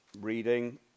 reading